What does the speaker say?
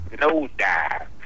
no-dive